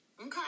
Okay